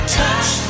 touch